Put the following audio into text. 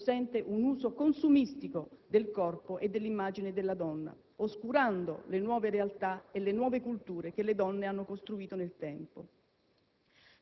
che consente un uso consumistico del corpo e dell'immagine della donna, oscurando le nuove realtà e le nuove culture che le donne hanno costruito nel tempo.